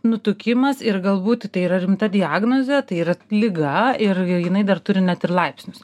nutukimas ir galbūt tai yra rimta diagnozė tai yra liga ir jinai dar turi net ir laipsnius